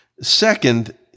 Second